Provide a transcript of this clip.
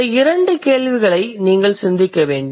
இந்த இரண்டு கேள்விகளை நீங்கள் சிந்திக்க வேண்டும்